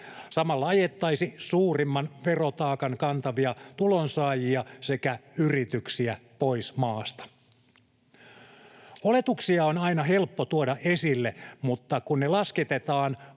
Samalla ajettaisiin suurimman verotaakan kantavia tulonsaajia sekä yrityksiä pois maasta. Oletuksia on aina helppo tuoda esille, mutta kun ne lasketetaan